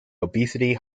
obesity